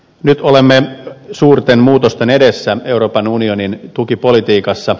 nyt olemme suurten muutosten edessä euroopan unionin tukipolitiikassa